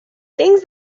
things